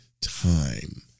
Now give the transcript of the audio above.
time